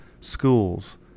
schools